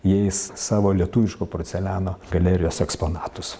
jais savo lietuviško porceliano galerijos eksponatus